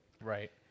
Right